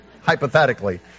hypothetically